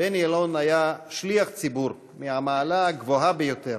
שליח ציבור מהמעלה הגבוהה ביותר.